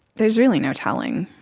there's really no telling.